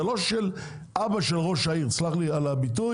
זה לא של אבא של ראש העיר, תסלח לי על הביטוי.